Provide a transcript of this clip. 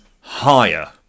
higher